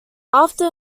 after